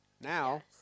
Now